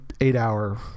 eight-hour